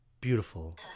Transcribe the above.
Beautiful